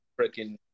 freaking